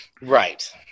Right